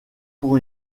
pour